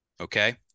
Okay